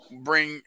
bring